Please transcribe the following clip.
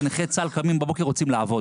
שנכי צה"ל קמים בבוקר ורוצים לעבוד.